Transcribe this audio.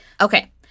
Okay